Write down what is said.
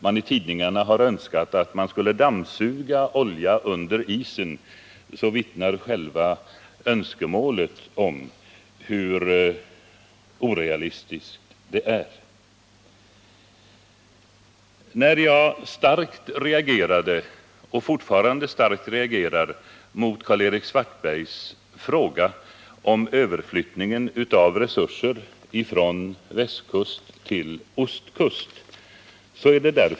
Det i tidningar framförda önskemålet att man skulle ”dammsuga oljan under isen” vittnar om hur orealistisk man är. Jag reagerade — och jag gör det fortfarande — mycket starkt mot Karl-Erik Svartbergs fråga om överflyttningen av resurser från västkust till ostkust.